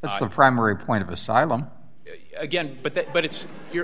the primary point of asylum again but that but it's you